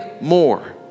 more